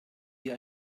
hier